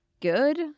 good